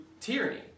tyranny